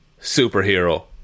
superhero